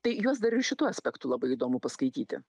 tai juos dar ir šituo aspektu labai įdomu paskaityti